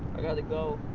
i gotta go.